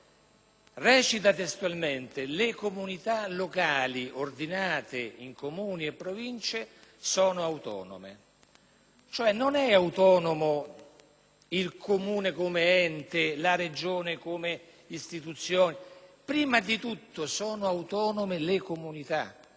recita testualmente: «Le comunità locali, ordinate in comuni e province, sono autonome». Non è autonomo il Comune come ente o la Regione come istituzione, ma sono autonome prima